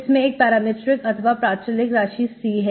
इसमें एक पैरामेट्रिक अथवा प्राचलिक राशि C है